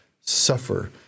suffer